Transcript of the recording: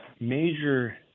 major